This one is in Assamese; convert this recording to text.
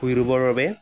ভূঁই ৰোবৰ বাবে